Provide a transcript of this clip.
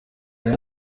gen